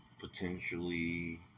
potentially